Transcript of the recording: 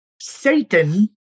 Satan